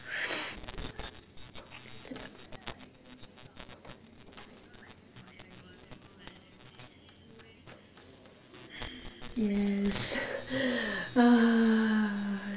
yes